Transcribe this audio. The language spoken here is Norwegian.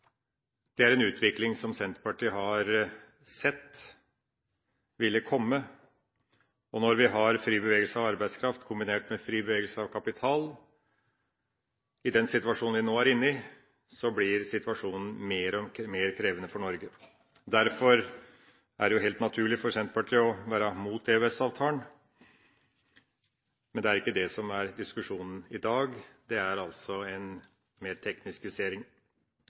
Det er en utvikling som Senterpartiet har sett ville komme. Når vi har fri bevegelse av arbeidskraft kombinert med fri bevegelse av kapital i den situasjonen vi nå er inne i, blir situasjonen mer og mer krevende for Norge. Derfor er det helt naturlig for Senterpartiet å være imot EØS-avtalen, men det er ikke det som er diskusjonen i dag – dette er altså en mer teknisk